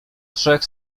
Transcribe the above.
trzech